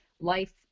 life